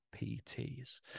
pts